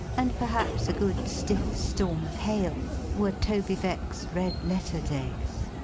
and perhaps a good stiff storm of hail, were toby veck's red-letter days.